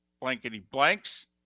Blankety-blanks